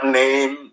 name